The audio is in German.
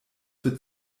für